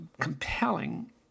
compelling